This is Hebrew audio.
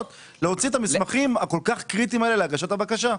להוציא את המסמכים הכול כך קריטיים האלה להגשת הבקשה?